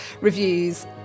reviews